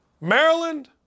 Maryland